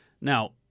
Now